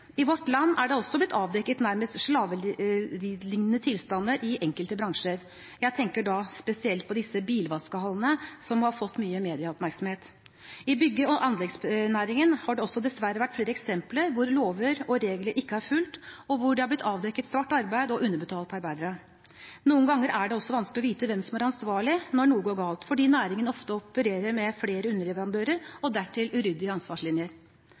I vårt land er det også blitt avdekket nærmest slavelignende tilstander i enkelte bransjer. Jeg tenker da spesielt på disse bilvaskehallene som har fått mye medieoppmerksomhet. I bygg- og anleggsnæringen har det også dessverre vært flere eksempler hvor lover og regler ikke er fulgt, og hvor det er blitt avdekket svart arbeid og underbetalte arbeidere. Noen ganger er det også vanskelig å vite hvem som er ansvarlig når noe går galt, fordi næringen ofte opererer med flere underleverandører og dertil uryddige ansvarslinjer.